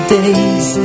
days